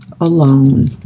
alone